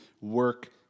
work